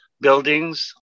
buildings